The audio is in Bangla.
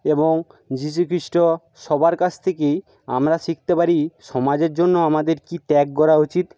এবং যিশু খৃষ্ট সবার কাছ থেকেই আমরা শিখতে পারি সমাজের জন্য আমাদের কী ত্যাগ করা উচিত